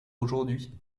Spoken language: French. aujourd’hui